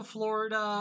Florida